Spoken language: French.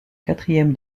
quatrième